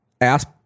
ask